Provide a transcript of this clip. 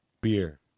beer